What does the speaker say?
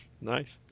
Nice